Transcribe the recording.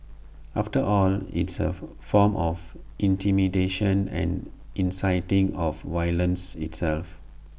after all it's A form of intimidation and inciting of violence itself